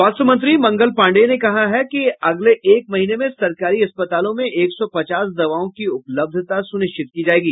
स्वास्थ्य मंत्री मंगल पांडेय ने कहा है कि अगले एक महीने में सरकारी अस्पतालों में एक सौ पचास दवाओं की उपलब्धता सुनिश्चित की जायेगी